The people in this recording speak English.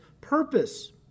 purpose